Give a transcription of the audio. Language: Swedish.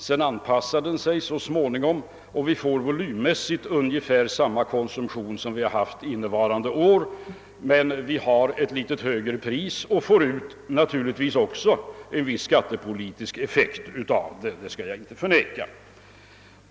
Sedan anpassar sig konsumtionen så småningom och vi får volymmässigt samma konsumtion som vi haft hittills innevarande år. Men vi har ett något högre pris och det får naturligtvis också en viss skattepolitisk effekt — det kan jag inte förneka.